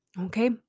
Okay